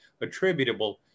attributable